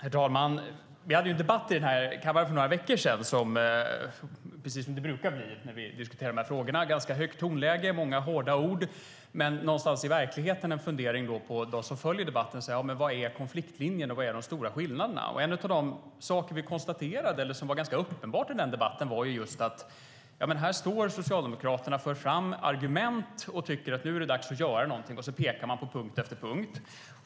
Herr talman! Vi hade en debatt i kammaren för några veckor sedan där det blev precis som det brukar bli när vi diskuterar dessa frågor - ganska högt tonläge och många hårda ord. Men någonstans i verkligheten blev det en fundering för dem som följer debatten: Var går konfliktlinjen, och vad är de stora skillnaderna? En sak som vi konstaterade och som var ganska uppenbar i debatten var just att här står Socialdemokraterna och för fram argument och tycker att det nu är dags att göra någonting. Sedan pekar de på punkt efter punkt.